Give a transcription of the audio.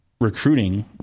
recruiting